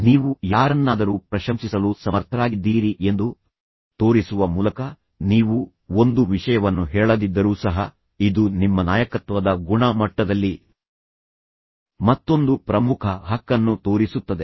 ನೀವು ಯಾರನ್ನಾದರೂ ಪ್ರಶಂಸಿಸಲು ಸಮರ್ಥರಾಗಿದ್ದೀರಿ ಎಂದು ತೋರಿಸುವ ಮೂಲಕ ನೀವು ಒಂದು ವಿಷಯವನ್ನು ಹೇಳದಿದ್ದರೂ ಸಹ ಇದು ನಿಮ್ಮ ನಾಯಕತ್ವದ ಗುಣಮಟ್ಟದಲ್ಲಿ ಮತ್ತೊಂದು ಪ್ರಮುಖ ಹಕ್ಕನ್ನು ತೋರಿಸುತ್ತದೆ